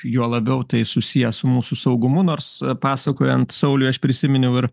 juo labiau tai susiję su mūsų saugumu nors pasakojant sauliui aš prisiminiau ir